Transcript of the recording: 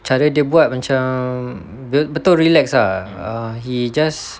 cara dia buat macam betul relax ah err he just